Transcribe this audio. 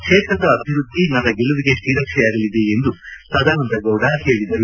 ಕ್ಷೇತ್ರದ ಅಭಿವೃದ್ಧಿ ನನ್ನ ಗೆಲುವಿಗೆ ತ್ರೀರಕ್ಷೆಯಾಗಲಿದೆ ಎಂದು ಸದಾನಂದಗೌಡ ಹೇಳದರು